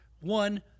One